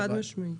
חד-משמעית.